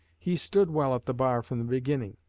he stood well at the bar from the beginning.